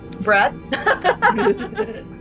Brad